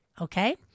Okay